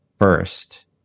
first